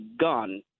gun